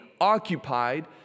occupied